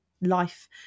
life